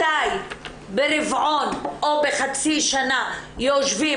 מתי ברבעון או בחצי שנה יושבים,